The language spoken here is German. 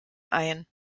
ein